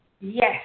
Yes